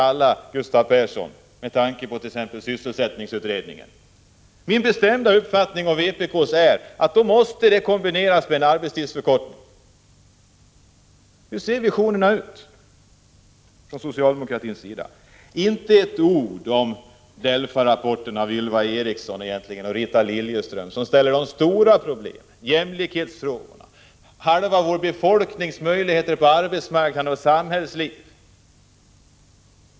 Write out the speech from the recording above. Jag ställer den frågan, Gustav Persson, bl.a. med tanke på sysselsättningsutredningen. Min och vpk:s bestämda uppfattning är att det för att vi skall uppnå det målet behövs en arbetstidsförkortning. Vilka visioner har socialdemokraterna? Det finns i betänkandet inte ett ord om DELFA-rapporten av Ylva Eriksson och Rita Liljeström, vilken tar upp de stora problemen, nämligen frågorna om jämställdhet och halva vår befolknings möjligheter på arbetsmarknaden och i samhällslivet.